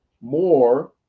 more